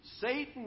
Satan